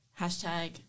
hashtag